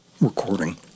recording